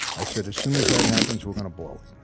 i said as soon as that happens we're gonna blow it.